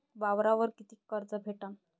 वावरावर कितीक कर्ज भेटन?